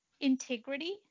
integrity